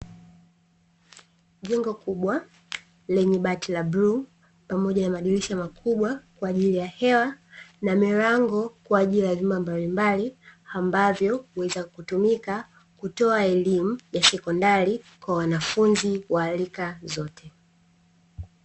Jengo kubwa lenye bati la bluu pamoja na madirisha makubwa kwa ajili ya hewa na milango kwa ajili ya vyumba mbalimbali ambavyo huweza kutumika kutoa elimu ya sekondari kwa wanafunzi wa rika zote.